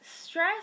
Stress